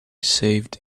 saved